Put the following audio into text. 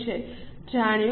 જાણ્યું